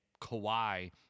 Kawhi